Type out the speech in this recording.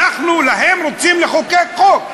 להם אנחנו רוצים לחוקק חוק,